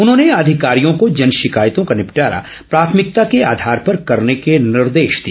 उन्होंने अधिकारियों को जन शिकायतों का निपटारा प्राथमिकता के आधार पर करने के निर्देश दिए